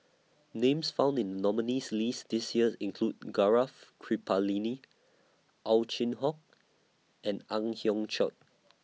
Names found in nominees' list This years include Gaurav Kripalani Ow Chin Hock and Ang Hiong Chiok